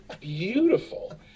beautiful